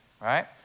Right